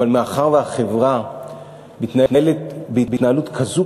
אבל מאחר שהחברה מתנהלת בהתנהלות כזו,